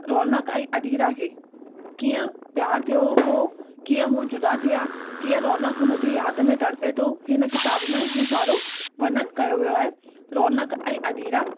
रौनक ऐं अदीरा खे कीअं प्यार थियो हुओ कीअं उहो जुदा थिया कीअं रौनक हुन जी यादि में तड़िपे थो हिन किताब में उहे सारो वर्नन कयो वियो आहे रौनक ऐं अदीरा